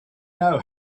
know